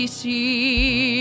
see